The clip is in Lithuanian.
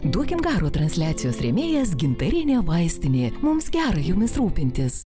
duokim garo transliacijos rėmėjas gintarinė vaistinė mums gera jumis rūpintis